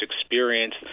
experience